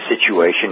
situation